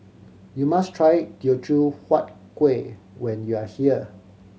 you must try Teochew Huat Kueh when you are here